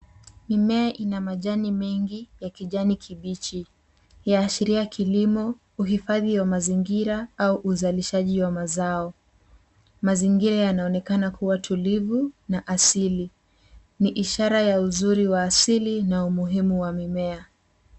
Mimea ina majani mengi ya kijani kibichi. Yaashiria kilimo, uhifadhi wa mazingira au uzalishaji wa mazao. Mazingira yanaonekana kuwa tulivu na asili. Ni ishara ya uzuri wa asili na umuhimu wa mimea.